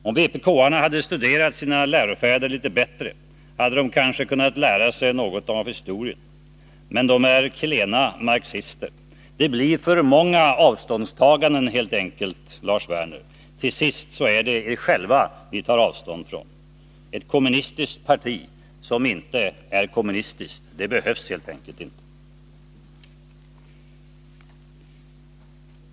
Om vpk:arna hade studerat sina lärofäder litet bättre, hade de kanske kunnat lära sig något av historien. Men de är klena marxister. Det blir för många avståndstaganden helt enkelt, Lars Werner. Till sist är det er själva som ni tar avstånd ifrån, och ett kommunistiskt parti som inte är kommunistiskt behövs helt enkelt inte.